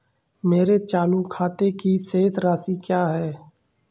मेरे चालू खाते की शेष राशि क्या है?